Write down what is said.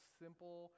simple